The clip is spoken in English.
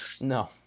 no